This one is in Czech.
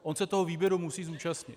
On se toho výběru musí zúčastnit.